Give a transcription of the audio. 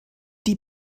die